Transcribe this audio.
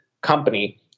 company